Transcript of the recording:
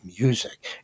music